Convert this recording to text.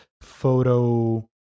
photo